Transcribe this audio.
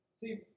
See